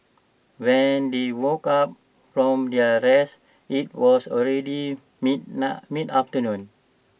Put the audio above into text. when they woke up from their rest IT was already mid mid afternoon